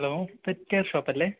hello pet care ഷോപ്പല്ലേ